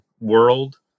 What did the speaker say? world